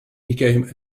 became